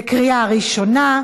בקריאה ראשונה.